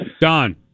Don